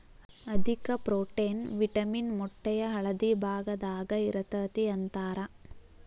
ಅಧಿಕ protein, vitamin ಮೊಟ್ಟೆಯ ಹಳದಿ ಭಾಗದಾಗ ಇರತತಿ ಅಂತಾರ